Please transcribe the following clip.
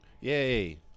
Yay